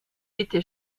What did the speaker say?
était